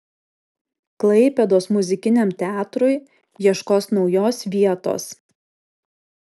klaipėdos muzikiniam teatrui ieškos naujos vietos